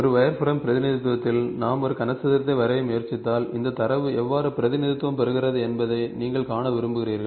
ஒரு வயர்ஃப்ரேம் பிரதிநிதித்துவத்தில் நாம் ஒரு கனசதுரத்தை வரைய முயற்சித்தால் இந்தத் தரவு எவ்வாறு பிரதிநிதித்துவம் பெறுகிறது என்பதை நீங்கள் காண விரும்புகிறீர்கள்